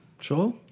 Sure